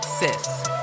sis